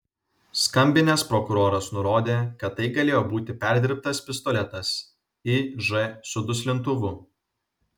skambinęs prokuroras nurodė kad tai galėjo būti perdirbtas pistoletas iž su duslintuvu